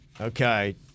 Okay